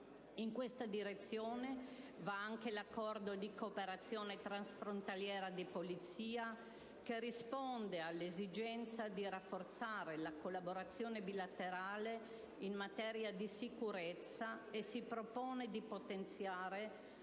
In questa direzione va anche l'Accordo di cooperazione transfrontaliera di polizia che risponde all'esigenza di rafforzare la collaborazione bilaterale in materia di sicurezza e si propone di potenziare